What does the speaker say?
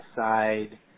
side